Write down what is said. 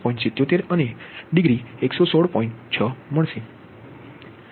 6 થઈ જશે